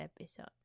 episode